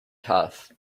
tough